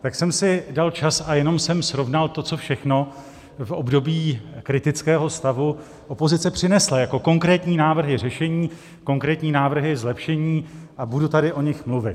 Tak jsem si dal čas a jenom jsem srovnal to, co všechno v období kritického stavu opozice přinesla jako konkrétní návrhy řešení, konkrétní návrhy zlepšení, a budu tady o nich mluvit.